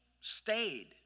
stayed